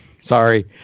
sorry